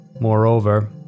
Moreover